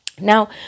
now